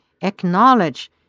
acknowledge